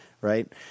right